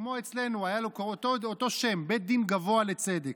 כמו אצלנו, היה לו אותו שם, בית דין גבוה לצדק,